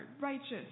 righteous